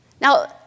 Now